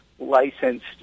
licensed